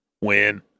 Win